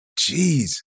Jeez